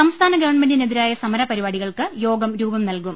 സംസ്ഥാന ഗവൺമെന്റിനെതിരായ സമര പരിപാടികൾക്ക് യോ ഗം രൂപം നൽകും